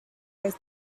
was